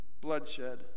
bloodshed